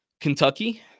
Kentucky